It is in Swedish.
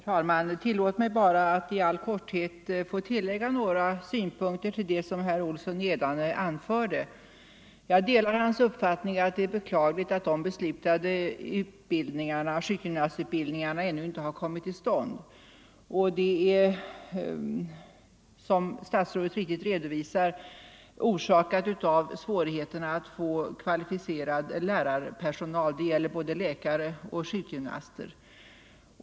Herr talman! Tillåt mig att i all korthet tillägga några synpunkter till vad herr Olsson i Edane anförde. Jag delar herr Olssons uppfattning att det är beklagligt att de beslutade sjukgymnastutbildningarna ännu inte har kommit till stånd. Som statsrådet riktigt redovisade beror det på svårigheterna att få kvalificerad lärarpersonal — det gäller både läkare och sjukgymnaster.